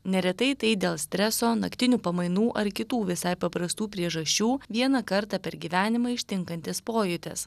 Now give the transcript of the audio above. neretai tai dėl streso naktinių pamainų ar kitų visai paprastų priežasčių vieną kartą per gyvenimą ištinkantis pojūtis